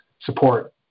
support